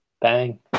Bang